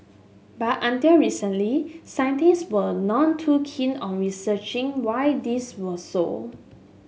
but until recently scientist were none too keen on researching why this was so